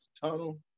tunnel